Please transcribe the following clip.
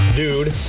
dude